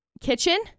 kitchen